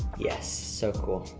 yes, so cool.